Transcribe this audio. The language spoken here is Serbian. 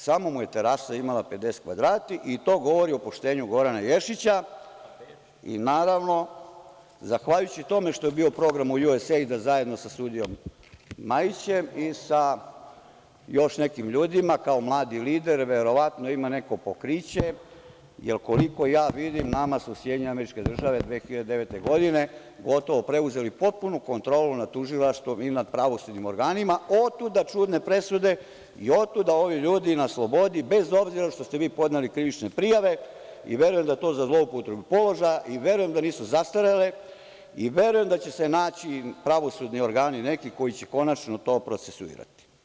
Samo mu je terasa imala 50 kvadrata, i to govori o poštenju Gorana Ješića i naravno zahvaljujući tome što je bio u programu USD zajedno sa sudijom Majićem i sa još nekim ljudima kao mladi lider, verovatno ima neko pokriće, jer koliko ja vidim nama su SAD 2009. godine gotovo preuzeli potpunu kontrolu nad tužilaštvom i nad pravosudnim organima, otuda čudne presude i otuda ovi ljudi na slobodi, bez obzira što ste vi podneli krivične prijave i verujem da je to za zloupotrebu položaja, i verujem da nisu zastarele, i verujem da će se naći pravosudni organi, neki, koji će konačno to procesuirati.